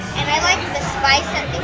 and i like the spice ah